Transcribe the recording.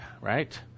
right